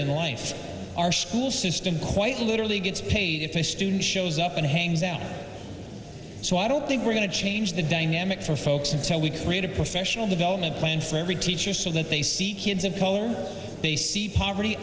in life our school system quite literally gets paid if a student shows up and hangs out so i don't think we're going to change the dynamic for folks until we create a professional development plan for every teacher so that they see kids of color they see poverty